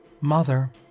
Mother